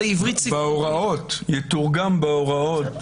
יתורגם בהוראות